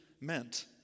meant